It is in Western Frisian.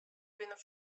binne